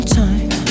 time